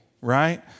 right